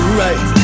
right